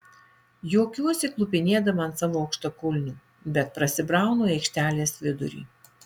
juokiuosi klupinėdama ant savo aukštakulnių bet prasibraunu į aikštelės vidurį